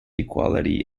equality